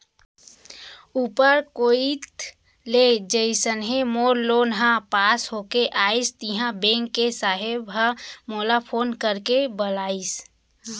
ऊपर कोइत ले जइसने मोर लोन ह पास होके आइस तिहॉं बेंक के साहेब ह मोला फोन करके बलाइस